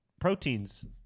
proteins